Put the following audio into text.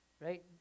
right